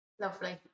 lovely